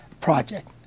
Project